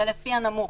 זה לפי הנמוך.